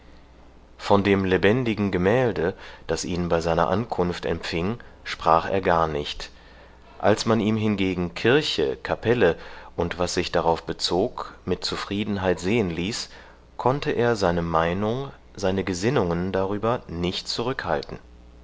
von dem lebendigen gemälde das ihn bei seiner ankunft empfing sprach er gar nicht als man ihm hingegen kirche kapelle und was sich darauf bezog mit zufriedenheit sehen ließ konnte er seine meinung seine gesinnungen darüber nicht zurückhalten